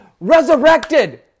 resurrected